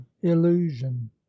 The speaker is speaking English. illusion